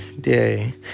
day